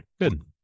good